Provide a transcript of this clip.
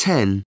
Ten